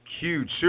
huge